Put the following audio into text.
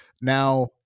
Now